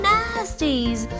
Nasties